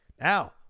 Now